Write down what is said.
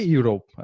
Europe